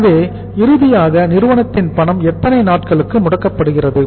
எனவே இறுதியாக நிறுவனத்தின் பணம் எத்தனை நாட்களுக்கு முடக்கப்படுகிறது